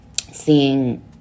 seeing